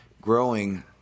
growing